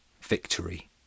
Victory